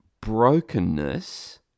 brokenness